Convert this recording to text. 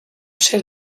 chef